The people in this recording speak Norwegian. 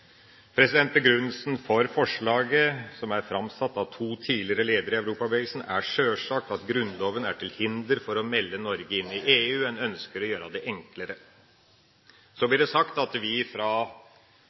Begrunnelsen for forslaget, som er framsatt av to tidligere ledere av Europabevegelsen, er sjølsagt at Grunnloven er til hinder for å melde Norge inn i EU. En ønsker å gjøre det enklere. Så